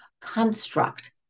construct